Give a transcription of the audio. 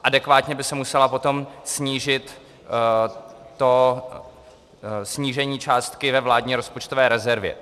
Adekvátně by se musela potom snížit to... snížení částky ve vládní rozpočtové rezervě.